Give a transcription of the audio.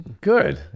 good